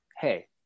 hey